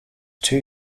two